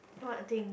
do what thing